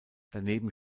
daneben